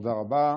תודה רבה.